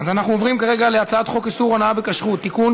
אז אנחנו עוברים כרגע להצעת חוק איסור הונאה בכשרות (תיקון,